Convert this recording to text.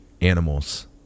animals